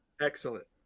excellent